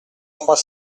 trois